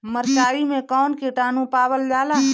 मारचाई मे कौन किटानु पावल जाला?